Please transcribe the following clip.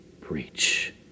preach